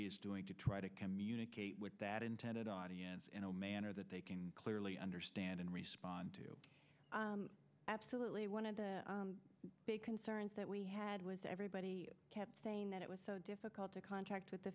the doing to try to communicate with that intended audience in a manner that they can clearly understand and respond to absolutely one of the big concerns that we had was everybody kept saying that it was so difficult to contract with the